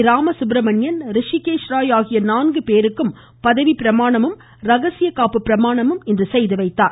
ராமசுப்ரமணியன் ரிஷிகேஷ் ராய் ஆகிய நான்கு பேருக்கும் பதவிப்பிரமாணமும் ரகசிய காப்புப் பிரமாணமும் செய்துவைத்தார்